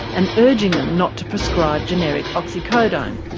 and urging them not to prescribe generic oxycodone.